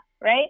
right